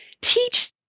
Teach